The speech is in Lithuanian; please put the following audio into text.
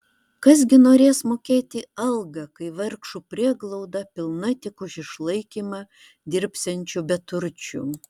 kas gi norės mokėti algą kai vargšų prieglauda pilna tik už išlaikymą dirbsiančių beturčių